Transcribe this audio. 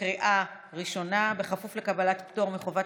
עבר בקריאה השלישית, כנוסח הוועדה.